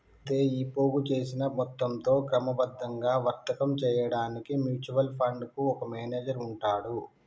అయితే ఈ పోగు చేసిన మొత్తంతో క్రమబద్ధంగా వర్తకం చేయడానికి మ్యూచువల్ ఫండ్ కు ఒక మేనేజర్ ఉంటాడు